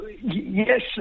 Yes